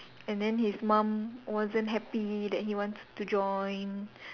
and then his mum wasn't happy that he wants to join